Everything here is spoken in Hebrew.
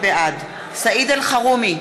בעד סעיד אלחרומי,